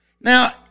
Now